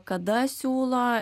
kada siūlo